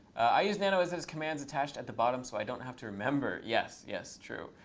i use nano as it has commands attached at the bottom so i don't have to remember. yes, yes, true.